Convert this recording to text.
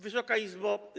Wysoka Izbo!